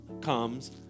comes